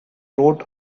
wrote